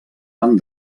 van